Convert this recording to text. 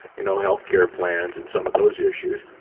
you know, health care plans and some of those issues.